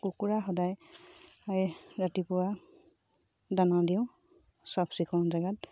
কুকুৰা সদায় ৰাতিপুৱা দানা দিওঁ চাফ চিকুণ জেগাত